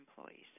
employees